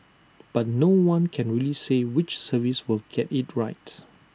but no one can really say which service will get IT right